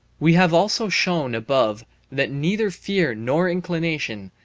we have also shown above that neither fear nor inclination,